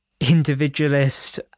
individualist